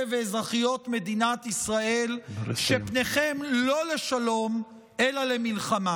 ואזרחיות מדינת ישראל שפניכם לא לשלום אלא למלחמה.